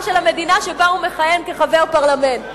של המדינה שבה הוא מכהן כחבר פרלמנט.